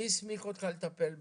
מי הסמיך אותך לטפל בטסלה?